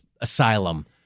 asylum